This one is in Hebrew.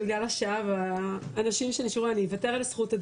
שבגלל השעה והאנשים שנשארו אני אוותר על זכות.